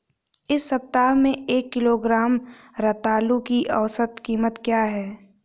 इस सप्ताह में एक किलोग्राम रतालू की औसत कीमत क्या है?